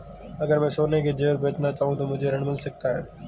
अगर मैं सोने के ज़ेवर बनाना चाहूं तो मुझे ऋण मिल सकता है?